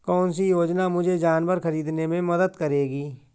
कौन सी योजना मुझे जानवर ख़रीदने में मदद करेगी?